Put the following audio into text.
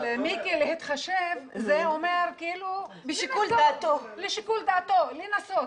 אבל להתחשב זה אומר כאילו לשיקול דעתו, לנסות.